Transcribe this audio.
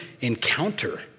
encounter